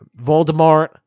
Voldemort